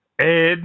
Ed